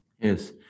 Yes